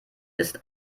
ist